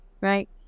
right